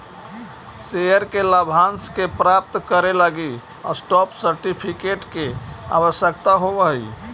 share के लाभांश के प्राप्त करे लगी स्टॉप सर्टिफिकेट के आवश्यकता होवऽ हइ